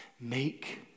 Make